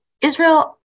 Israel